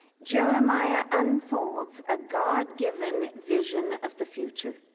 jeremiah unfolds a god-given vision of the future.